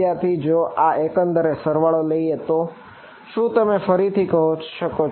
વિદ્યાર્થી જો આપણે એકંદર સરવાળો લઈએ તો શું તમે ફરીથી કહી શકો